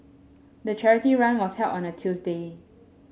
the charity run was held on a Tuesday